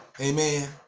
Amen